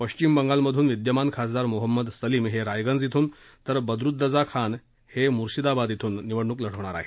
पश्मिच बंगालमधून विद्यमान खासदार मोहम्मद सलीम हे रायगंज इथून तर बदरुद्दज़ा खान हे मुर्शीदाबाद इथून निवडणूक लढवतील